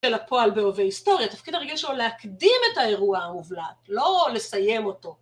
של הפועל בהווה היסטורי, התפקיד הרגיל שלו להקדים את האירוע המובלט, לא לסיים אותו.